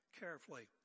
carefully